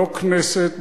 לא הכנסת,